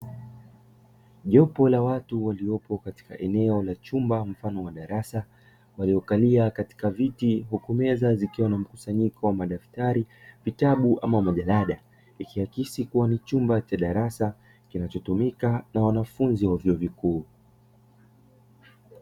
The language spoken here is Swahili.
Jopo la watu waliopo katika eneo la chumba mfano wa darasa, waliokalia katika viti huku meza zikiwa na mkusanyiko wa madaftari, vitabu ama majalada, ikiakisi kuwa ni chumba cha darasa kinachotumika na wanafunzi wa vyuo vikuu.